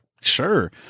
sure